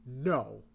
No